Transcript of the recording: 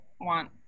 want